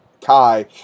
Kai